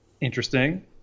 Interesting